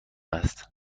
است